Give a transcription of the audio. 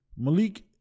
Malik